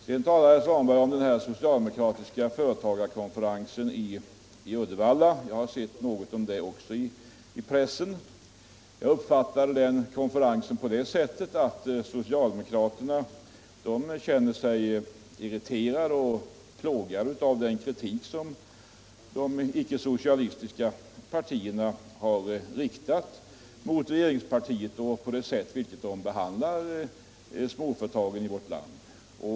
Sedan talade herr Svanberg också om den socialdemokratiska företagarkonferensen i Uddevalla, som också jag har läst om i pressen. Jag uppfattade emellertid den konferensen så, att socialdemokraterna känner sig irriterade och plågade av den kritik som de icke-socialistiska partierna har riktat mot regeringspartiet för det sätt på vilket småföretagarna i vårt land behandlas.